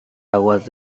aguas